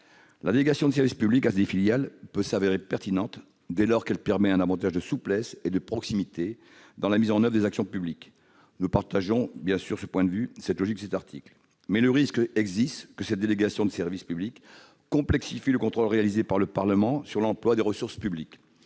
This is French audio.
La délégation de service public à des filiales peut s'avérer pertinente dès lors qu'elle permet davantage de souplesse et de proximité dans la mise en oeuvre des actions publiques. Nous partageons bien sûr ce point de vue et la logique de cet article, mais le risque existe que cette délégation de service public complexifie le contrôle réalisé par le Parlement sur l'emploi des ressources publiques.